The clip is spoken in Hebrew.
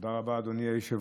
רבה, אדוני היושב-ראש,